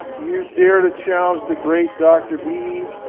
you dare to challenge the great dr. b?